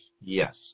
Yes